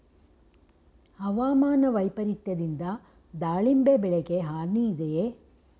ಹವಾಮಾನ ವೈಪರಿತ್ಯದಿಂದ ದಾಳಿಂಬೆ ಬೆಳೆಗೆ ಹಾನಿ ಇದೆಯೇ?